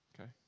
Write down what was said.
okay